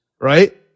right